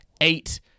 eight